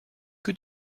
que